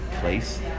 place